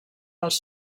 dels